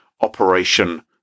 operation